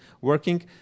working